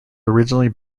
originally